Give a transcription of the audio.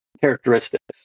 characteristics